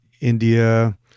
India